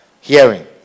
hearing